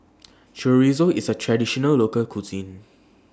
Chorizo IS A Traditional Local Cuisine